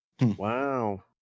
Wow